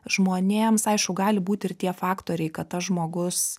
žmonėms aišku gali būti ir tie faktoriai kad tas žmogus